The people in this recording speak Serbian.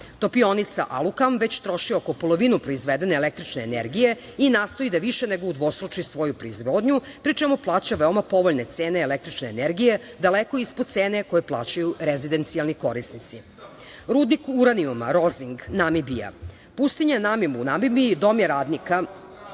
Topionica „Alukam“ već troši oko polovinu proizvedene električne energije i nastoji da više nego udvostruči svoju proizvodnju, pri čemu plaća veoma povoljne cene električne energije, daleko ispod cene koje plaćaju rezidencijalni korisnici. Rudnik uranijuma „Rozing“ – Namibija, pustinja Namim u Namibiji dom je radnika